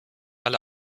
alle